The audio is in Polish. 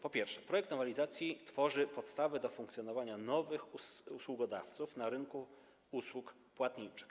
Po pierwsze, projekt nowelizacji tworzy podstawy do funkcjonowania nowych usługodawców na rynku usług płatniczych.